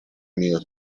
minut